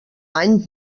any